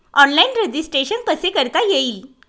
Online registration कसे करता येईल?